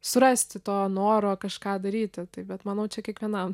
surasti to noro kažką daryti taip bet manau čia kiekvienam